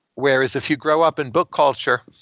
whereas if you grow up in book culture,